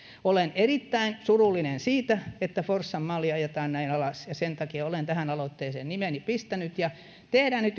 olen erittäin surullinen siitä että forssan malli ajetaan näin alas ja sen takia olen tähän aloitteeseen nimeni pistänyt tehdään nyt